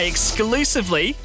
Exclusively